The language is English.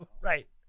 Right